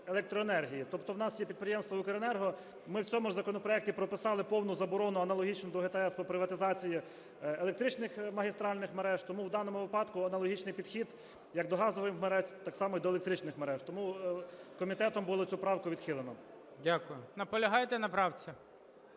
Тобто в нас є підприємства "Укренерго", ми в цьому ж законопроекті прописали повну заборону, аналогічну до ГТС по приватизації електричних магістральних мереж, тому в даному випадку аналогічний підхід як до газових мереж, так само і до електричних мереж. Тому комітетом було цю правку відхилено. ГОЛОВУЮЧИЙ. Дякую. Наполягаєте на правці?